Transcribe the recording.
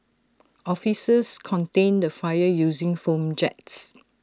officers contained the fire using foam jets